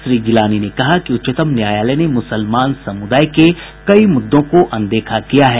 श्री जिलानी ने कहा कि उच्चतम न्यायालय ने मुसलमान समुदाय के कई मुद्दों को अनदेखा किया है